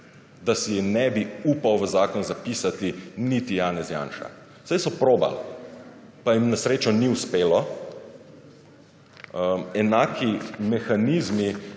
da si ne bi upal v zakon zapisati niti Janez Janša. Saj so probal, pa jim na srečo ni uspelo. Enaki mehanizmi,